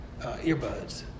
earbuds